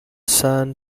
sun